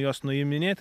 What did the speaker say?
jos nuiminėt